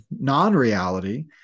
non-reality